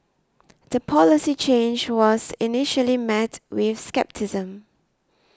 the policy change was initially met with scepticism